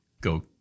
go